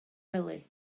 wely